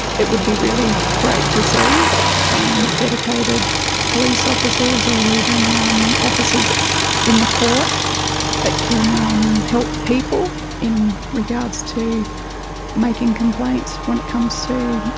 it would be really great to see some dedicated police officers or even um officers in the court that can um help people in regards to making complaints when it comes to